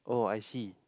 oh I see